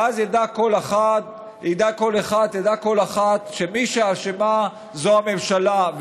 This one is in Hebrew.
ואז ידע כל אחד ותדע כל אחת שמי שאשמה זו הממשלה,